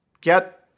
get